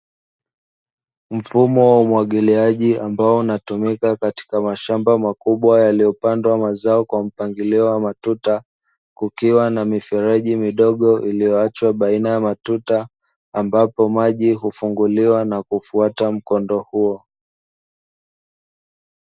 Mfumo wa umwagiliaji, ambao unatumika katika mashamba makubwa yaliyopandwa mazao kwa mpangilio wa matuta, kukiwa na mifereji midogo iliyoachwa baina ya matuta, ambapo maji hufunguliwa na kufuata mkondo huo.